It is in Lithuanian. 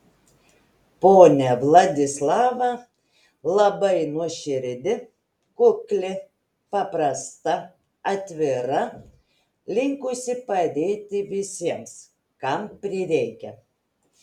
ponia vladislava labai nuoširdi kukli paprasta atvira linkusi padėti visiems kam prireikia